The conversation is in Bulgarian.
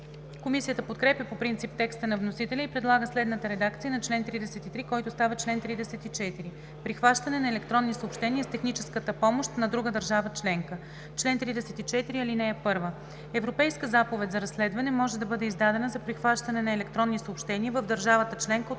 Комисията подкрепя по принцип текста на вносителя и предлага следната редакция на чл. 33, който става чл. 34: „Прихващане на електронни съобщения с техническата помощ на друга държава членка Чл. 34. (1) Европейска заповед за разследване може да бъде издадена за прихващане на електронни съобщения в държавата членка, от